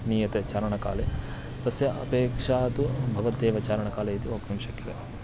नीयते चारणकाले तस्य अपेक्षा तु भवत्येव चारणकाले इति वक्तुं शक्यते